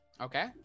Okay